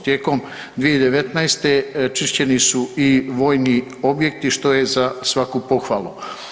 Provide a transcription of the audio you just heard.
Tijekom 2019. čišćeni su i vojni objekti što je za svaku pohvalu.